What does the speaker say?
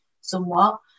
somewhat